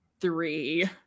three